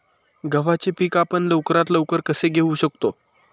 गव्हाचे पीक आपण लवकरात लवकर कसे घेऊ शकतो?